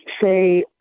say